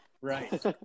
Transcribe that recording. right